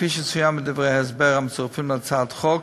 כפי שצוין בדברי ההסבר המצורפים להצעת החוק,